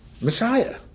Messiah